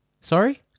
Sorry